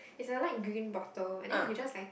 it's a light green bottle and then you just like